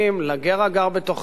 לגר הגר בתוכך,